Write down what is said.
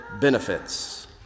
benefits